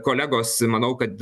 kolegos manau kad